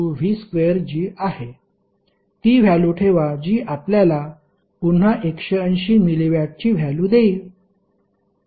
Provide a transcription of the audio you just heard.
ते pv2G आहे ती व्हॅल्यू ठेवा जी आपल्याला पुन्हा 180 मिलिवॅटची व्हॅल्यु देईल